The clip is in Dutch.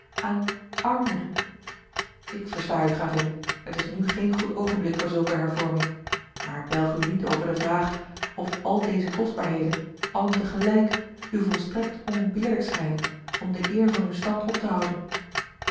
aan armoede ik versta u gravin het is nu geen goed oogenblik voor zulke hervorming maar belg u niet over de vraag of al deze kostbaarheden allen tegelijk u volstrekt onontbeerlijk schijnen om de eer van uw stand op te houden